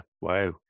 wow